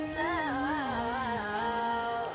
now